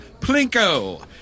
Plinko